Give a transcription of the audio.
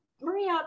Maria